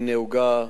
היא נהוגה